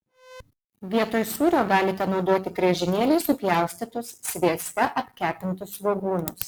vietoj sūrio galite naudoti griežinėliais supjaustytus svieste apkepintus svogūnus